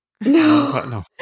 No